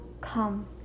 come